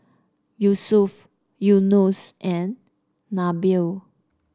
Yusuf Yunos and Nabil